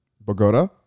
Bogota